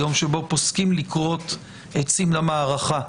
היום שבו פוסקים לכרות עצים למערכה,